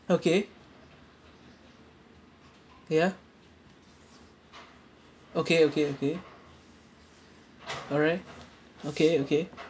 okay ya okay okay okay all right okay okay